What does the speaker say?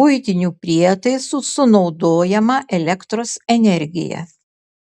buitinių prietaisų sunaudojamą elektros energiją